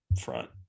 front